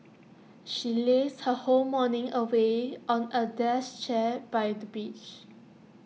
she lazed her whole morning away on A dash chair by the beach